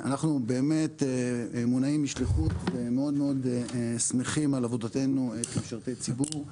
אנחנו באמת מונעים משליחות ומאוד מאוד שמחים על עבודתנו כמשרתי ציבור.